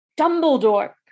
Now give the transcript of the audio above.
Dumbledore